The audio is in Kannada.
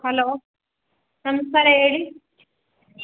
ಹಲೋ ನಮಸ್ಕಾರ ಹೇಳಿ